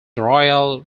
royal